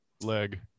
leg